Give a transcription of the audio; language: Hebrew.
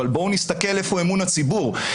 אבל בואו נסתכל איפה אמון הציבור.